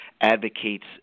advocates